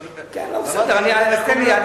נו, בסדר, אז, תן לי.